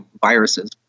viruses